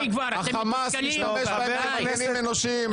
החמאס משתמש בהם כמגינים אנושיים,